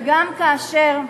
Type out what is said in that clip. וגם כאשר,